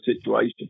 situation